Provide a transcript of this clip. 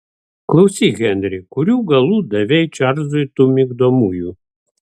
klausyk henri kurių galų davei čarlzui tų migdomųjų